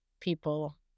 people